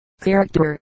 Character